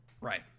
Right